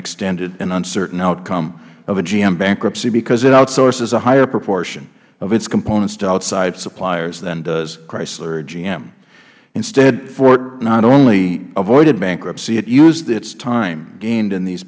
extended and uncertain outcome of a gm bankruptcy because it outsources a higher proportion of its components to outside suppliers than does chrysler or gm instead ford not only avoided bankruptcy it used its time gained in these